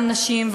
גם נשים,